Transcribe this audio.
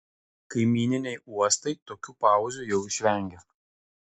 kaimyniniai uostai tokių pauzių jau išvengia